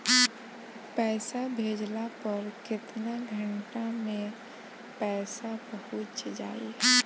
पैसा भेजला पर केतना घंटा मे पैसा चहुंप जाई?